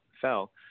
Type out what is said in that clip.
fell